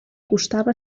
costava